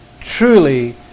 truly